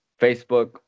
Facebook